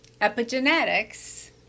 Epigenetics